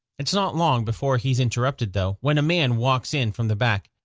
it's not long before he's interrupted, though, when a man walks in from the back.